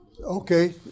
Okay